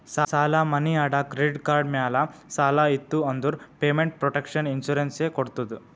ಸಾಲಾ, ಮನಿ ಅಡಾ, credit card ಮ್ಯಾಲ ಸಾಲ ಇತ್ತು ಅಂದುರ್ ಪೇಮೆಂಟ್ ಪ್ರೊಟೆಕ್ಷನ್ ಇನ್ಸೂರೆನ್ಸ್ ಎ ಕೊಡ್ತುದ್